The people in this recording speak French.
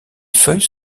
feuilles